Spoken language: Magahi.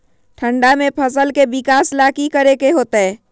ठंडा में फसल के विकास ला की करे के होतै?